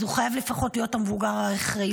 אז הוא חייב לפחות להיות המבוגר האחראי,